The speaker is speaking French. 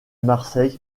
marseille